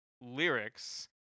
lyrics